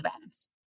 events